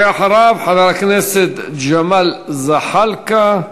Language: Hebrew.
אחריו, חבר הכנסת ג'מאל זחאלקה,